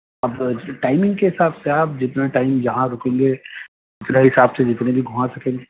اب ٹائمنگ کے حساب سے آپ جتنا ٹائم جہاں رُکیں گے دوسرا حساب سے جتنے بھی گُھما سکیں